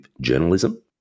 journalism